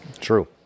True